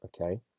okay